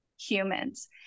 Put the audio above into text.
humans